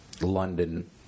London